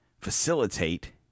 facilitate